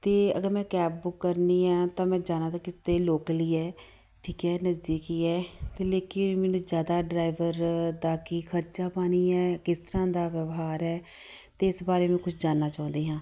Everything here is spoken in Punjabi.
ਅਤੇ ਅਗਰ ਮੈਂ ਕੈਬ ਬੁੱਕ ਕਰਨੀ ਹੈ ਤਾਂ ਮੈਂ ਜਾਣਾ ਤਾਂ ਕਿਤੇ ਲੋਕਲ ਹੀ ਹੈ ਠੀਕ ਹੈ ਨਜ਼ਦੀਕ ਹੀ ਹੈ ਅਤੇ ਲੇਕਿਨ ਮੈਨੂੰ ਜ਼ਿਆਦਾ ਡਰਾਈਵਰ ਦਾ ਕੀ ਖਰਚਾ ਪਾਣੀ ਹੈ ਕਿਸ ਤਰ੍ਹਾਂ ਦਾ ਵਿਵਹਾਰ ਹੈ ਅਤੇ ਇਸ ਬਾਰੇ ਵੀ ਮੈਂ ਕੁਛ ਜਾਨਣਾ ਚਾਹੁੰਦੀ ਹਾਂ